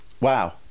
wow